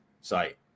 site